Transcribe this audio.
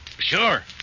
Sure